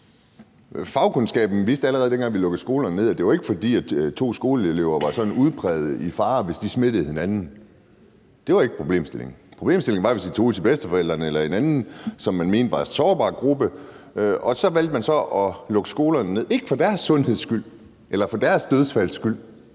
lukkede skolerne ned, at det ikke var, fordi to skoleelever var sådan udpræget i fare, hvis de smittede hinanden. Det var ikke problemstillingen. Problemstillingen var, i forhold til hvis de tog ud til bedsteforældrene eller andre, som man mente var i en sårbar gruppe, og så valgte man at lukke skolerne ned, ikke for elevernes sundheds skyld eller for at undgå dødsfald blandt